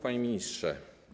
Panie Ministrze!